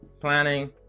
planning